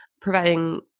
providing